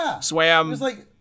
swam